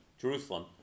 Jerusalem